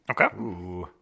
Okay